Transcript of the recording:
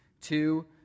Two